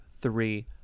three